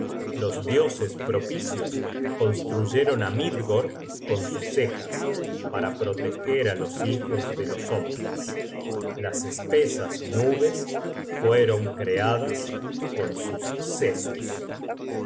los dioses propicios construyeron á midgord con sus cejas para proteger á los hijos de los hombres las espesas nubes fueron creadas con sus sesos